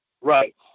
Right